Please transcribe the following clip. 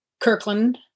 Kirkland